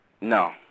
No